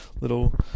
little